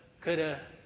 coulda